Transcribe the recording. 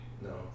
No